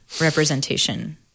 representation